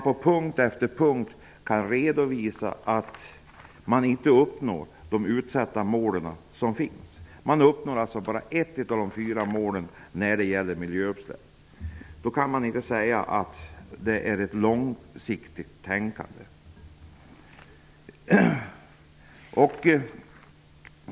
På punkt efter punkt redovisar man att uppsatta mål inte uppnås. Man uppnår alltså bara ett av de fyra mål som har satts upp när det gäller miljöutsläppen. Mot den bakgrunden kan man alltså inte tala om ett långsiktigt tänkande.